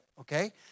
okay